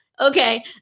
okay